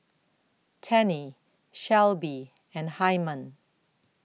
Tennie Shelby and Hyman